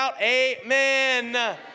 Amen